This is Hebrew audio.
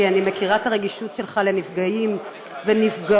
כי אני מכירה את הרגישות שלך לנפגעים ונפגעות,